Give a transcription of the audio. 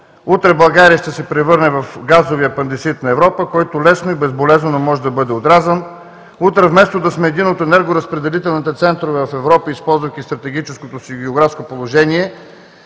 Утре България ще се превърне в газовия апандисит на Европа, който лесно и безболезнено може да бъде отрязан. Утре вместо да сме един от енергоразпределителните центрове в Европа, използвайки стратегическото си географско положение